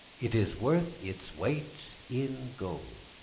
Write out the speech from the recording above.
it is worth its weight in gold.